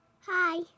Hi